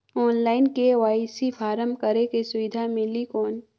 Online KYC form करेके सुविधा मिली कौन?